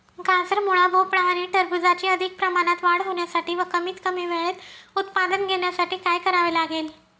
गाजर, मुळा, भोपळा आणि टरबूजाची अधिक प्रमाणात वाढ होण्यासाठी व कमीत कमी वेळेत उत्पादन घेण्यासाठी काय करावे लागेल?